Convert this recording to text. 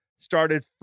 started